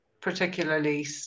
particularly